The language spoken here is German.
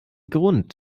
grund